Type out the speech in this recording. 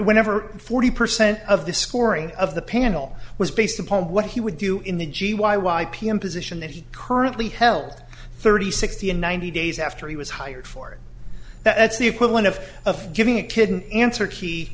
whenever forty percent of the scoring of the panel was based upon what he would do in the g y y p m position that he currently held thirty sixty and ninety days after he was hired for it that's the equivalent of of giving a kid an answer key